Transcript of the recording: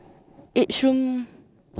Each room